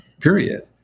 period